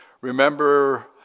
remember